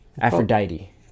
Aphrodite